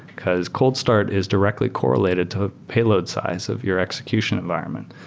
because cold start is directly correlated to payload size of your execution environment.